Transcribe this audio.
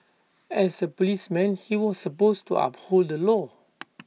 as A policeman he was supposed to uphold the law